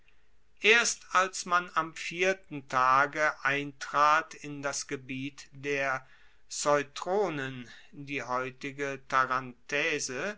erst als man am vierten tage eintrat in das gebiet der ceutronen die